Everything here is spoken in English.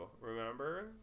remember